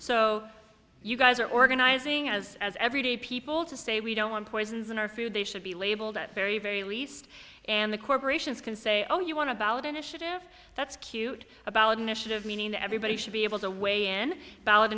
so you guys are organizing as as everyday people to say we don't want poisons in our food they should be labeled at very very least and the corporations can say oh you want to ballot initiative that's cute a ballot initiative meaning everybody should be able to weigh in